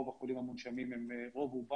רוב החולים המונשמים הם אנשים